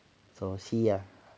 so I see ya